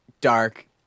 dark